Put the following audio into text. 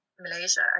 Malaysia